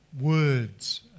Words